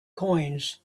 coins